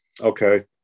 okay